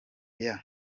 year